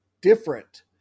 different